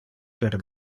per